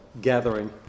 gathering